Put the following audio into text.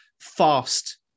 fast